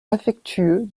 affectueux